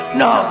no